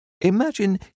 Imagine